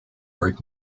break